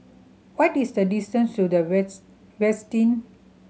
what is the distance to The Westin